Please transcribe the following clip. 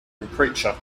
preacher